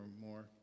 more